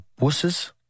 wusses